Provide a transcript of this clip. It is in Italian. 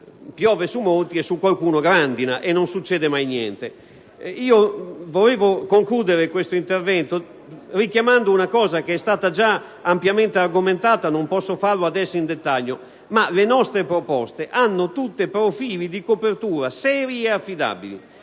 piove su molti, e su qualcuno grandina, e non succede mai niente. Vorrei concludere il mio intervento richiamando un punto che è stato già ampiamente argomentato e non posso farlo ora in dettaglio: le nostre proposte hanno tutte profili di copertura seri ed affidabili.